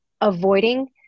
Avoiding